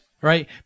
right